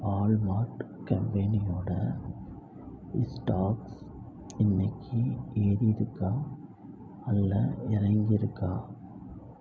Walmart கம்பெனியோடய stocks இன்றைக்கி ஏறியிருக்கா இல்ல இறங்கிருக்கா